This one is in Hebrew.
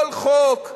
כל חוק,